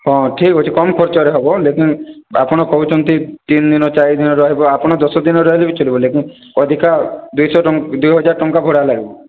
ହଁ ଠିକ ଅଛି କମ ଖର୍ଚ୍ଚ ରେ ହେବ ଲେକିନ ଆପଣ କହୁଛନ୍ତି ତିନି ଦିନ ଚାରି ଦିନ ରହିବେ ଆପଣ ଦଶ ଦିନ ରହିଲେ ବି କିଛି ନାହିଁ ଲେକିନ ଅଧିକା ଦୁଇ ଶହ ଦୁଇ ହଜାର ଟଙ୍କା ଭଡ଼ା ଲାଗିବ